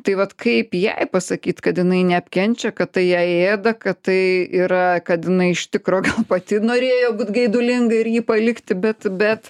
taip vat kaip jai pasakyt kad jinai neapkenčia kad tai ją ėda kad tai yra kad jinai iš tikro pati norėjo būt geidulinga ir jį palikti bet bet